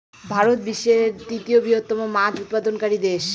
ভারত বিশ্বের তৃতীয় বৃহত্তম মাছ উৎপাদনকারী দেশ